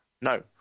No